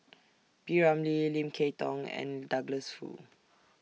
P Ramlee Lim Kay Tong and Douglas Foo